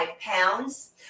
pounds